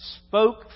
spoke